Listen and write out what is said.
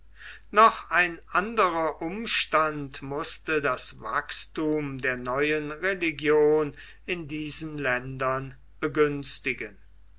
noch ein anderer umstand mußte das wachsthum der neuen religion in diesen ländern begünstigen